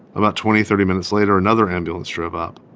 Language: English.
about twenty, thirty minutes later, another ambulance drove up